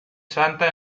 santa